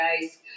guys